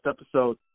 episode